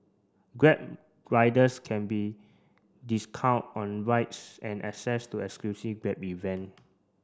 grab riders can be discount on rides and access to exclusive Grab event